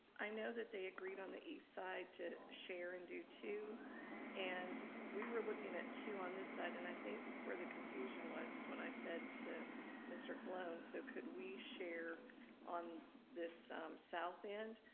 i know that they agreed on the eastside to share and do two and we were looking at two on this side and i think where the confusion was is when i said to mr. colon, so could we share on this south end?